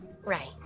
Right